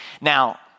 Now